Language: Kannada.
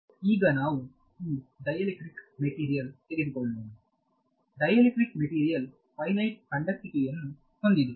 ಈಗ ನಾವು ಈ ಡೈಎಲೆಕ್ಟ್ರಿಕ್ ಮೆಟೀರಿಯಲ್ ತೆಗೆದುಕೊಳ್ಳೋಣ ಡೈಎಲೆಕ್ಟ್ರಿಕ್ ಮೆಟೀರಿಯಲ್ ಫೈನೈಟ್ ಕಂಡಕ್ಟಿವಿಟಿಯನ್ನು ಹೊಂದಿದೆ